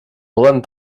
poden